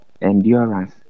endurance